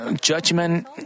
Judgment